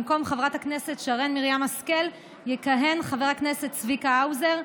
במקום חברת הכנסת שרן מרים השכל יכהן חבר הכנסת צביקה האוזר,